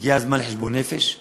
הגיע הזמן לחשבון נפש אמיתי.